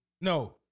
no